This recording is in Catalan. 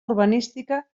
urbanística